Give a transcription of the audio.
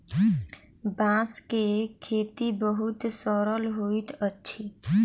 बांस के खेती बहुत सरल होइत अछि